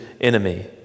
enemy